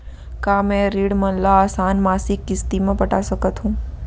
का मैं ऋण मन ल आसान मासिक किस्ती म पटा सकत हो?